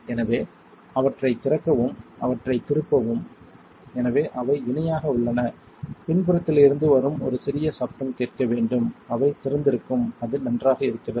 எனவே அவற்றைத் திறக்கவும் அவற்றைத் திருப்பவும் எனவே அவை இணையாக உள்ளன பின்புறத்தில் இருந்து வரும் ஒரு சிறிய சப்தம் கேட்க வேண்டும் அவை திறந்திருக்கும் அது நன்றாக இருக்கிறது